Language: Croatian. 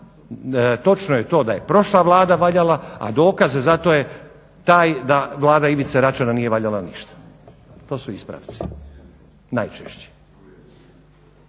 točno je to da je prošla Vlada valjala, a dokaz za to je taj da Vlada Ivice Račana nije valjala ništa. To su ispravci, najčešće.